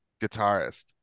guitarist